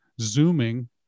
zooming